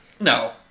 no